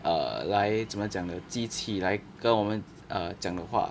err 来怎么讲机器来跟我们 err 讲的话